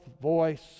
voice